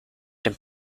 dem